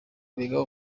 biga